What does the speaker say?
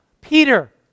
Peter